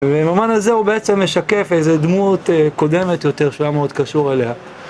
במובן הזה הוא בעצם משקף איזו דמות קודמת יותר שהיה מאוד קשור אליה.